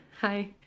Hi